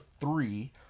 three